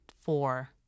four